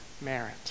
merit